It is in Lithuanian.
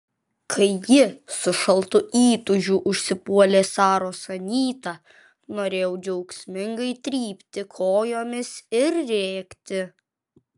kai ji su šaltu įtūžiu užsipuolė saros anytą norėjau džiaugsmingai trypti kojomis ir rėkti